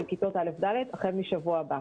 של כיתות א'-ד' החל משבוע הבא.